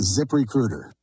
ZipRecruiter